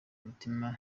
mutima